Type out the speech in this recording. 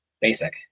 basic